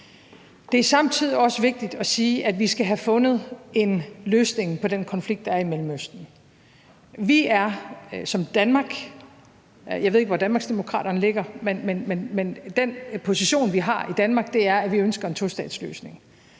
Det er samtidig også vigtigt at sige, at vi skal have fundet en løsning på den konflikt, der er i Mellemøsten. Jeg ved ikke, hvor Danmarksdemokraterne ligger, men den position, vi har i Danmark, er, at vi ønsker en tostatsløsning.